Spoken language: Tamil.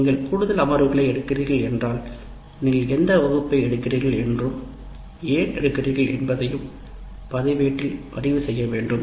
நீங்கள் கூடுதல் அமர்வுகளை எடுக்கிறீர்கள் என்றால் நீங்கள் எந்த வகுப்பை எடுக்கிறீர்கள் என்றும் ஏன் எடுக்கிறீர்கள் என்பதையும் பதிவேட்டில் பதிவு செய்ய வேண்டும்